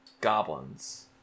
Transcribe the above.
goblins